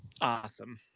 awesome